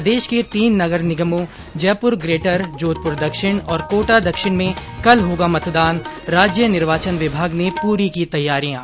प्रदेश के तीन नगर निगमों जयपुर ग्रेटर जोधपुर दक्षिण और कोटा दक्षिण में कल होगा मतदान राज्य निर्वाचन विभाग ने पूरी की तैयारियां